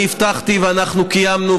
אני הבטחתי ואנחנו קיימנו,